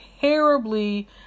terribly